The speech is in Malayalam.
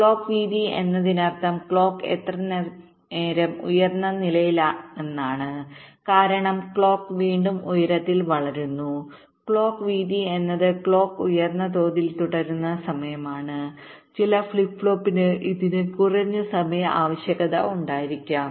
ക്ലോക്ക് വീതി എന്നതിനർത്ഥം ക്ലോക്ക് എത്രനേരം ഉയർന്ന നിലയിലാണെന്നാണ് കാരണം ക്ലോക്ക് വീണ്ടും ഉയരത്തിൽ വളരുന്നു ക്ലോക്ക് വീതി എന്നത് ക്ലോക്ക് ഉയർന്ന തോതിൽ തുടരുന്ന സമയമാണ് ചില ഫ്ലിപ്പ് ഫ്ലോപ്പിന് ഇതിന് കുറഞ്ഞ സമയ ആവശ്യകത ഉണ്ടായിരിക്കാം